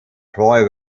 troy